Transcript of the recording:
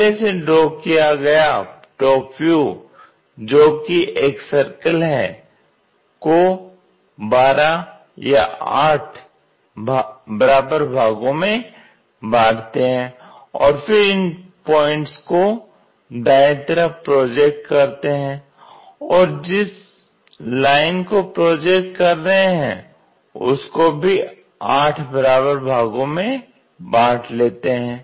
पहले से ड्रॉ किया गया टॉप व्यू जो कि एक सर्कल है को 12 या 8 बराबर भागो में बांटते हैं और फिर इन पॉइंट्स को दाएं तरफ प्रोजेक्ट करते हैं और जिस लाइन को प्रोजेक्ट कर रहे हैं उसको भी 8 बराबर बागों में बांट लेते हैं